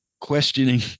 questioning